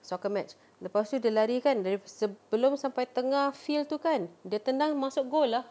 soccer match lepas tu dia lari kan dari sebelum sampai tengah field tu kan dia tendang masuk goal lah